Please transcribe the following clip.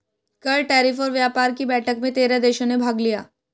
कर, टैरिफ और व्यापार कि बैठक में तेरह देशों ने भाग लिया